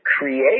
create